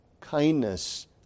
kindness